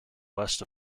west